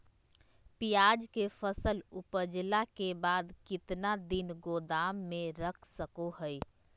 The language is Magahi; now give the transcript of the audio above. प्याज के फसल उपजला के बाद कितना दिन गोदाम में रख सको हय?